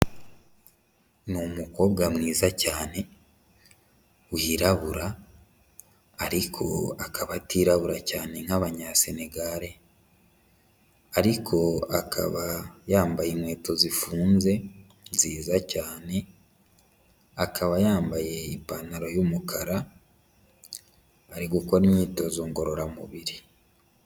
Ni umukobwa mwiza cyane wirabura ariko akaba atirabura cyane nk'abanya Senegal, ariko akaba yambaye inkweto zifunze nziza cyane, akaba yambaye ipantaro y'umukara, ari gukora imyitozo ngororamubiri.